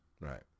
Right